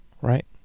right